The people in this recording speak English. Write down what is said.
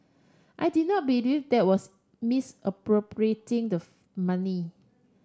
I did not believe that was misappropriating the money